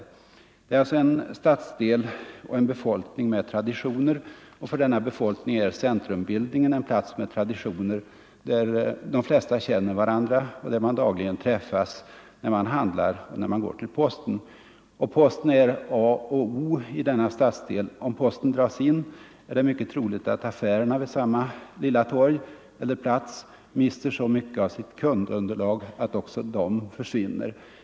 Detta är alltså en stadsdel och en befolkning med traditioner, och för denna befolkning är centrumbildningen en plats med traditioner där de flesta känner varandra och där man dagligen träffas när man handlar och går till posten. Posten är A och O i denna stadsdel. Om posten dras in är det mycket troligt att affärerna vid samma lilla torg eller plats mister så stort kundunderlag att de också försvinner.